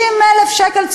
50,000. 50,000 שקל.